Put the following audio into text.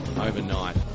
overnight